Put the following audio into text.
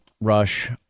rush